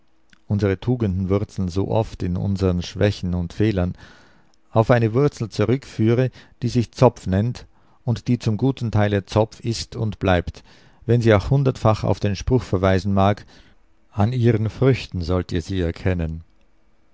unsere tugenden wurzeln so oft in unsern schwächen und fehlern auf eine wurzel zurückführe die sich zopf nennt und die zum guten teile zopf ist und bleibt wenn sie auch hundertfach auf den spruch verweisen mag an ihren früchten sollt ihr sie erkennen